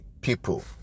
people